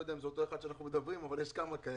אני לא יודע אם אנחנו מדברים על אותו אחד אבל יש כמה כאלה.